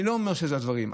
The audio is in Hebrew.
אני לא אומר שכך הדברים,